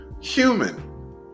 Human